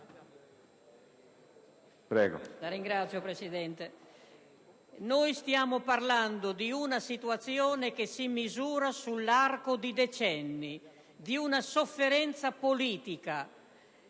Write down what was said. politica del Paese. Stiamo parlando di una situazione che si misura sull'arco di decenni, di una sofferenza politica